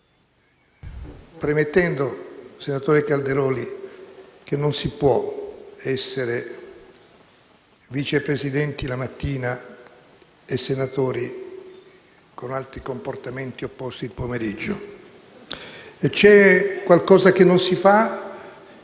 invece al senatore Calderoli che non si può essere Vice Presidente la mattina e senatore, con comportamenti opposti, il pomeriggio. Qualcosa che non si fa